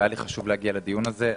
והיה לי חשוב להגיע לדיון הזה,